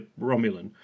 Romulan